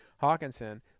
hawkinson